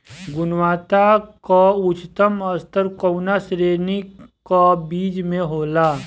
गुणवत्ता क उच्चतम स्तर कउना श्रेणी क बीज मे होला?